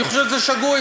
אני חושב שזה שגוי.